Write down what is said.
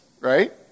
right